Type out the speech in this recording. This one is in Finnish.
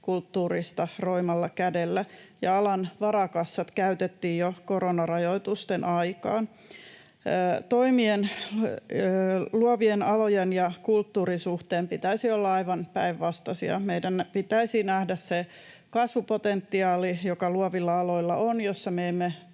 kulttuurista roimalla kädellä ja alan varakassat käytettiin jo koronarajoitusten aikaan. Toimien pitäisi olla aivan päinvastaisia luovien alojen ja kulttuurin suhteen. Meidän pitäisi nähdä se kasvupotentiaali, joka luovilla aloilla on ja jossa me emme